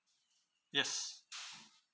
yes